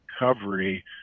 recovery